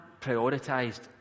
prioritised